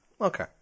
okay